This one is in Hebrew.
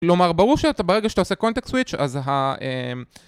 כלומר, ברור שאתה, ברגע שאתה עושה קונטקט סוויץ', אז ה...